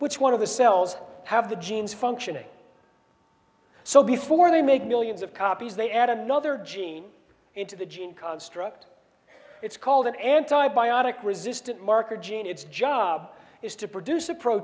which one of the cells have the genes functioning so before they make millions of copies they add another gene into the gene construct it's called an antibiotic resistant marker gene its job is to produce a pro